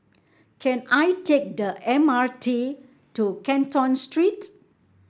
can I take the M R T to Canton Street